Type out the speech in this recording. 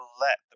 let